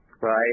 right